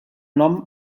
nom